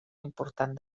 important